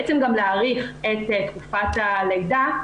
בעצם להאריך את תקופת הלידה,